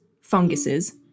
funguses